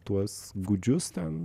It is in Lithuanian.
tuos gūdžius ten